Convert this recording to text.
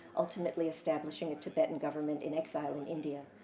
ultimately establishing a tibetan government in exile in india.